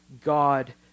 God